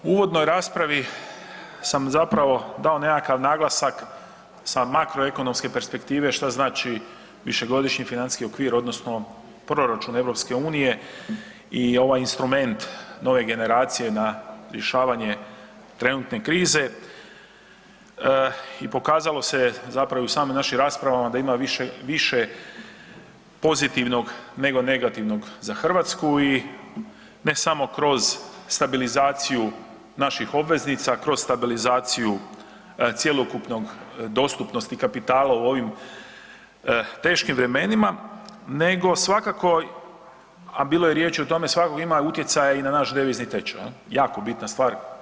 U uvodnoj raspravi sam zapravo dao nekakav naglasak sa makro ekonomske perspektive šta znači višegodišnji financijski okvir odnosno proračun EU i ovaj instrument Nove generacije na rješavanje trenutne krize i pokazalo se je zapravo i u samim našim raspravama da ima više, više pozitivnog nego negativnog za Hrvatsku i ne samo kroz stabilizaciju naših obveznica, kroz stabilizaciju cjelokupnog dostupnosti kapitala u ovim teškim vremenima, nego svakako, a bilo je riječi o tome, svakako ima utjecaj i na naš devizni tečaj, jako bitna stvar.